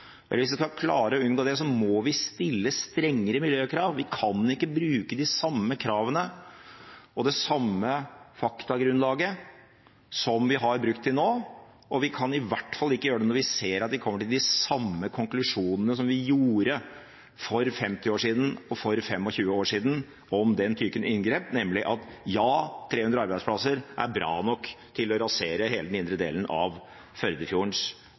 klare å unngå det, må vi stille strengere miljøkrav. Vi kan ikke bruke de samme kravene og det samme faktagrunnlaget som vi har brukt til nå, og vi kan i hvert fall ikke gjøre det når vi ser at vi kommer til de samme konklusjonene som vi gjorde for 50 år siden, for 25 år siden om den typen inngrep, nemlig at ja 300 arbeidsplasser er bra nok til å rasere hele den indre delen av Førdefjordens